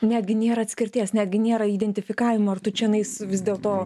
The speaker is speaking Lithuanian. netgi nėra atskirties netgi nėra identifikavimo ar tu čionais vis dėl to